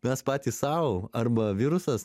mes patys sau arba virusas